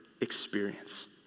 experience